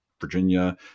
Virginia